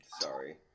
Sorry